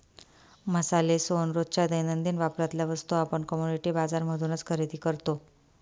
मसाले, सोन, रोजच्या दैनंदिन वापरातल्या वस्तू आपण कमोडिटी बाजार मधूनच खरेदी करतो